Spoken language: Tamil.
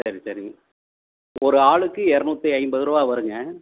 சரி சரிங்க ஒரு ஆளுக்கு இரநூத்தி ஐம்பதுரூபா வருங்க